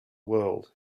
world